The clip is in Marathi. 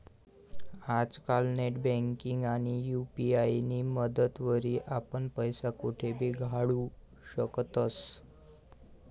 आजकाल नेटबँकिंग आणि यु.पी.आय नी मदतवरी आपण पैसा कोठेबी धाडू शकतस